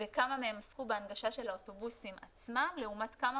וכמה מהם עסקו בהנגשה של האוטובוסים עצמם לעומת כמה